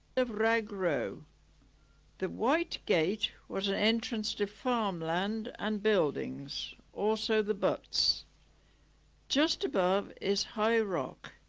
the rag row the white gate was an entrance to farmland and buildings, also the butts just above is high rock